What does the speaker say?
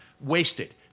wasted